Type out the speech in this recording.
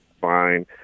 Fine